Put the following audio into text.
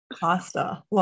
pasta